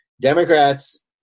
Democrats